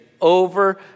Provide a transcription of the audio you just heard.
over